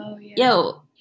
yo